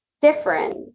different